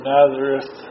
Nazareth